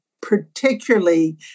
particularly